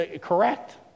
correct